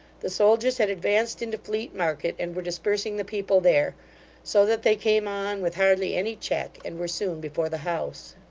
the soldiers had advanced into fleet market and were dispersing the people there so that they came on with hardly any check, and were soon before the house.